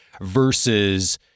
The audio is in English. versus